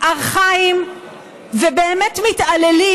ארכאיים ובאמת מתעללים,